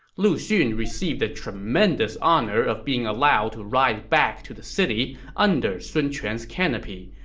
lu xun received the tremendous honor of being allowed to ride back to the city under sun quan's canopy.